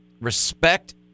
respect